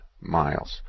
miles